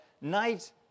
night